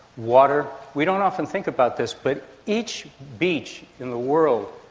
water. we don't often think about this, but each beach in the world,